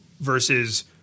versus